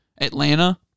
Atlanta